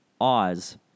Oz